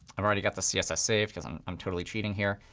i've already got the css saved, because i'm i'm totally cheating here.